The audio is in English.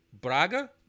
Braga